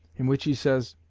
in which he says